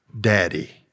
daddy